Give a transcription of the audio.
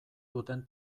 duten